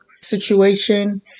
situation